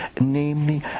namely